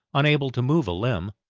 unable to move a limb.